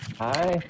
Hi